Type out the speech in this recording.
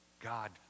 God